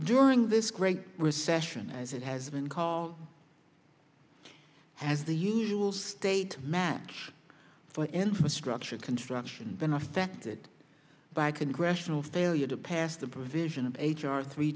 during this great recession as it has been called as the usual state match for infrastructure construction been affected by congressional failure to pass the provision of h r three